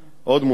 עוד מוצע,